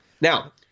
Now